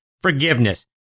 forgiveness